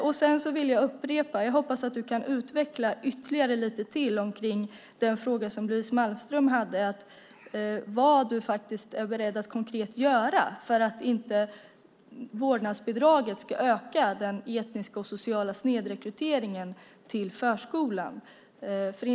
Jag vill upprepa den fråga som Louise Malmström ställde om vad ministern är beredd att konkret göra för att inte vårdnadsbidraget ska öka den etniska och sociala snedrekryteringen till förskolan. Jag hoppas att du kan utveckla detta lite mer.